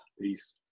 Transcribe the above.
peace